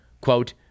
quote